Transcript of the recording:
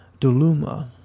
Duluma